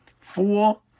four